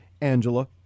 Angela